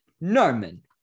Norman